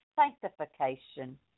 sanctification